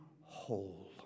whole